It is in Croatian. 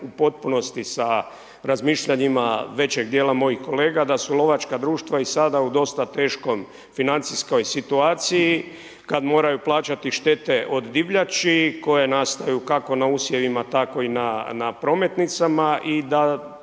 u potpunosti sa razmišljanjima većeg dijela mojih kolega da lovačka društva i sada u dosta teškoj financijskoj situaciji kad moraju plaćati štete od divljači koje nastaju kako na usjevima tako i na prometnicama i da